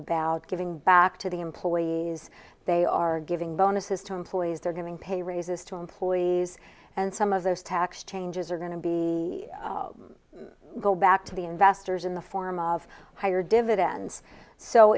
about giving back to the employees they are giving bonuses to employees they're giving pay raises to employees and some of those tax changes are going to be go back to the investors in the form of higher dividends so